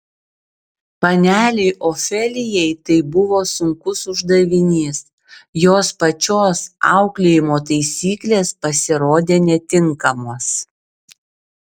panelei ofelijai tai buvo sunkus uždavinys jos pačios auklėjimo taisyklės pasirodė netinkamos